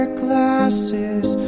glasses